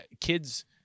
kids